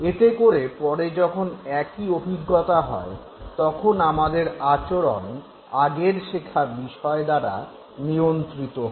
এতে করে পরে যখন একই অভিজ্ঞতা হয় তখন আমাদের আচরণ আগের শেখা বিষয় দ্বারা নিয়ন্ত্রিত হয়